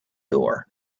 door